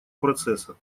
процесса